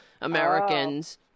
Americans